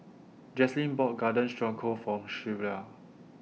Jaslyn bought Garden Stroganoff For Shelva